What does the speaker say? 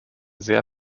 sehr